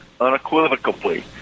unequivocally